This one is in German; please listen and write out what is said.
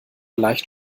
leicht